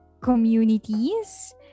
communities